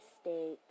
State